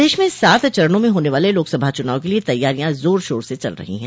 प्रदेश में सात चरणों में होने वाले लोकसभा चुनाव के लिये तैयारियां जोर शोर से चल रही है